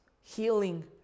healing